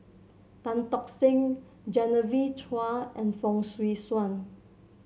Tan Tock Seng Genevieve Chua and Fong Swee Suan